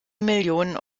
millionen